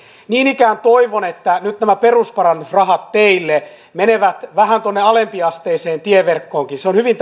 niin ikään toivon että nyt nämä perusparannusrahat teille menevät vähän tuonne alempiasteiseen tieverkkoonkin se on hyvin